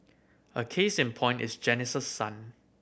a case in point is Janice's son